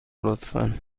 لطفا